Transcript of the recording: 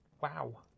Wow